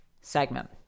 segment